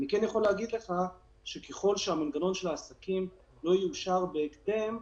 אני כן יכול להגיד לך שככל שהמנגנון של העסקים לא יאושר בהקדם,